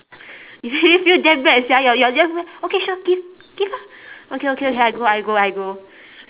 you make me feel damn bad sia you're you're just okay sure give give ah okay okay okay I go I go I go